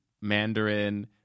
Mandarin